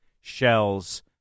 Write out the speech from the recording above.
shells